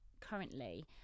currently